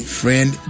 friend